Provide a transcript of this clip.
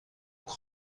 qual